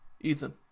Ethan